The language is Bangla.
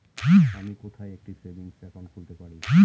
আমি কোথায় একটি সেভিংস অ্যাকাউন্ট খুলতে পারি?